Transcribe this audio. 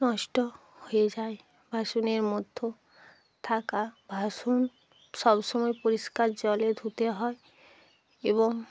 নষ্ট হয়ে যায় বাসুনের মধ্য থাকা ভাসন সব সময় পরিষ্কার জলে ধুতে হয় এবং